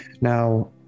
Now